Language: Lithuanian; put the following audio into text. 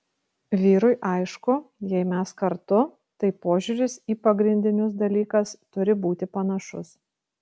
vyrui aišku jei mes kartu tai požiūris į pagrindinius dalykas turi būti panašus